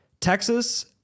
Texas